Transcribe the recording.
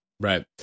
Right